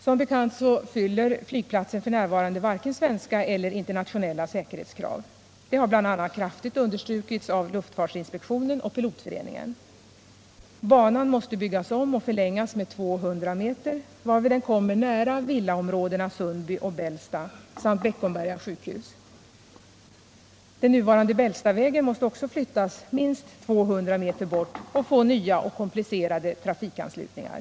Som bekant fyller flygplatsen f. n. varken svenska eller internationella säkerhetskrav. Det har bl.a. kraftigt understrukits av luftfartsinspektionen och pilotföreningen. Banan måste byggas om och förlängas med 200 meter, varvid den kommer nära villaområdena Sundby och Bällsta samt Beckomberga sjukhus. Den nuvarande Bällstavägen måste också flyttas minst 200 meter och få nya och komplicerade trafikanslutningar.